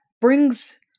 brings